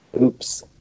oops